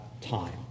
time